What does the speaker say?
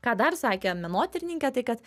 ką dar sakė menotyrininkė tai kad